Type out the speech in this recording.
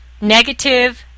negative